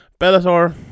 Bellator